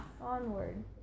Onward